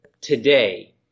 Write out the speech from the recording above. today